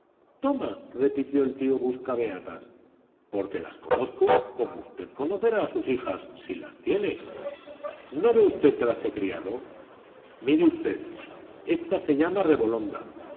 toma replicó el tío buscabeatas porque las conozco como usted conocerá a sus hijas si las tiene no ve usted que las he criado mire usted ésta se llama rebolonda ésta